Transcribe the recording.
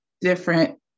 different